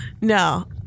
No